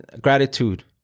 gratitude